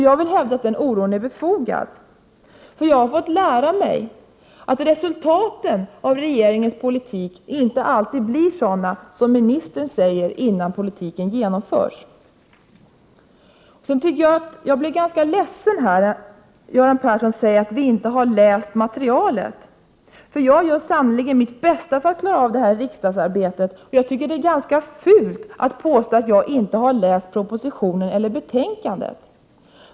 Jag vill hävda att den oron är befogad. Jag har fått lära mig att resultaten av regeringens politik inte alltid blir sådana som ministern förutskickar innan politiken genomförs. Jag blev ganska ledsen när Göran Persson sade att vi inte har läst materialet. Jag gör sannerligen mitt bästa för att klara riksdagsarbetet, och det är ganska fult att påstå att jag inte har läst propositionen eller betänkandet.